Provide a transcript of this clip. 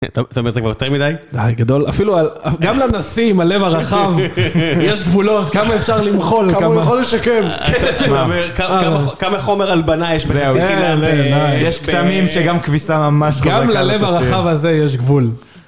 אתה אומר שזה כבר יותר מידי? גדול. אפילו, גם לנשיא, הלב הרחב, יש גבולות. כמה אפשר למחול, כמה... כמה חומר על בנה יש בחצי חילה, ויש קטעמים שגם כביסה ממש חוזקה. גם ללב הרחב הזה יש גבול.